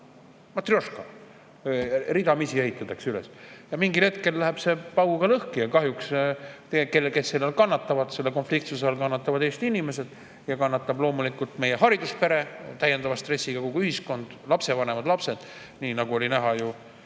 Matrjoška! Ridamisi ehitatakse üles. Ja mingil hetkel läheb see pauguga lõhki. Ja kes kahjuks selle all kannatavad? Selle konfliktsuse all kannatavad Eesti inimesed, kannatab loomulikult meie hariduspere täiendava stressiga, kogu ühiskond, lapsevanemad, lapsed, nii nagu oli näha ju